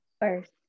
First